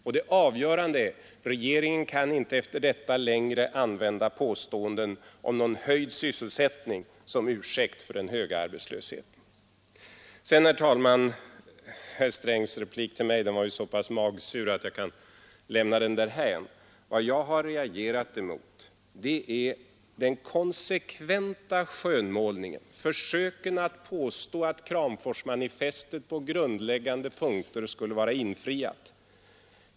Och det avgörande är: regeringen kan inte efter detta längre använda påståendet om någon breddad sysselsättning som ursäkt för den höga arbetslösheten. Herr talman! Herr Strängs replik till mig var så pass magsur att jag kan lämna den därhän. Vad jag har reagerat mot är den konsekventa skönmålningen, försöken att påstå att Kramforsmanifestet på grundläggande punkter skulle vara infriat.